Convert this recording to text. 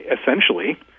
essentially